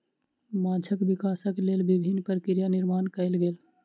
माँछक विकासक लेल विभिन्न प्रक्रिया निर्माण कयल गेल